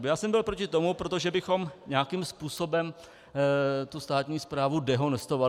Já jsem byl proti tomu, protože bychom nějakým způsobem státní správu dehonestovali.